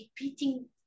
repeating